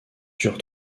dure